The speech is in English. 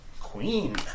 Queen